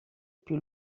più